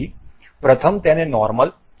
તેથી પ્રથમ તેને નોર્મલ